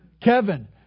Kevin